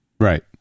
Right